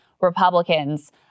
Republicans